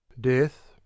DEATH